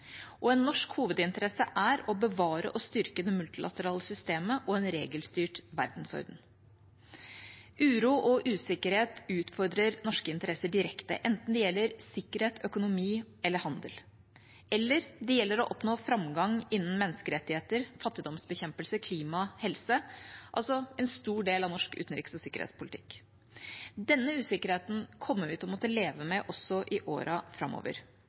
En norsk hovedinteresse er å bevare og styrke det multilaterale systemet og en regelstyrt verdensorden. Uro og usikkerhet utfordrer norske interesser direkte, enten det gjelder sikkerhet, økonomi eller handel, eller det gjelder å oppnå framgang innen menneskerettigheter, fattigdomsbekjempelse, klima eller helse – altså en stor del av norsk utenriks- og sikkerhetspolitikk. Denne usikkerheten kommer vi til å måtte leve med også i årene framover.